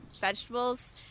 vegetables